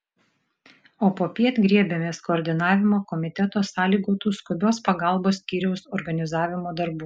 o popiet griebėmės koordinavimo komiteto sąlygotų skubios pagalbos skyriaus organizavimo darbų